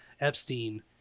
Epstein